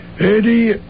eddie